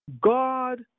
God